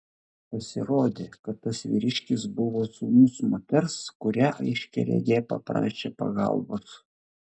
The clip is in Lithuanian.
pasirodė kad tas vyriškis buvo sūnus moters kurią aiškiaregė paprašė pagalbos